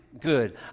good